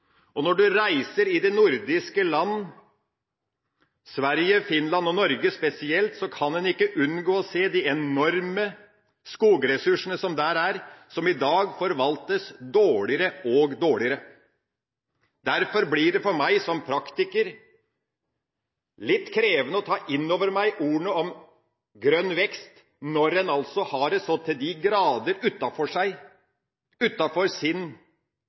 Når man reiser i de nordiske land – Sverige, Finland og Norge spesielt – kan en ikke unngå å se de enorme skogressursene som er der, og som i dag forvaltes dårligere og dårligere. Derfor blir det for meg som praktiker litt krevende å ta inn over seg ordene om grønn vekst – når en altså har det så til de grader utafor seg, utafor sin